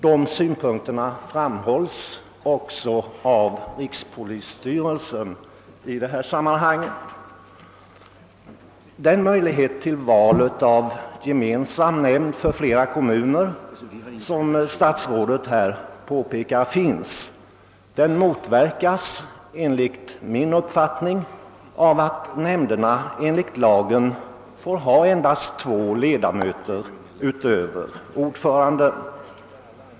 Den saken har också framhållits i sammanhanget av rikspolisstyrelsen. Statsrådet säger i svaret att möjligheter föreligger att välja gemensam nämnd för flera kommuner, men enligt min mening motverkas detta av att nämnderna enligt lag får ha endast två ledamöter utöver ordföranden.